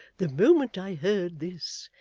the moment i heard this,